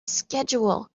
schedule